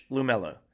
Lumello